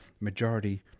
majority